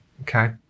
okay